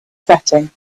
setting